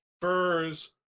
furs